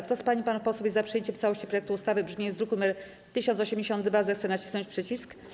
Kto z pań i panów posłów jest za przyjęciem w całości projektu ustawy w brzmieniu z druku nr 1082, zechce nacisnąć przycisk.